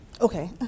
Okay